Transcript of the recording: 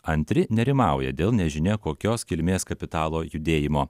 antri nerimauja dėl nežinia kokios kilmės kapitalo judėjimo